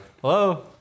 Hello